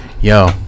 Yo